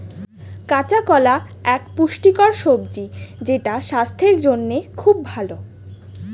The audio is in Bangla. কাঁচা কলা এক পুষ্টিকর সবজি যেটা স্বাস্থ্যের জন্যে খুব ভালো